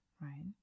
right